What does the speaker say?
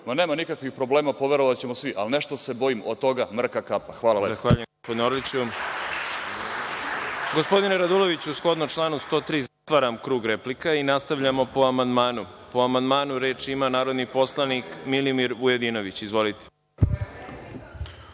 ma nema nikakvih problema, poverovaćemo svi. Ali, nešto se bojim, od toga mrka kapa. Hvala.